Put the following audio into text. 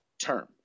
term